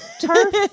turf